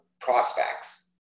prospects